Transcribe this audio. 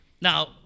now